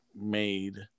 made